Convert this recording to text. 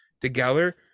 together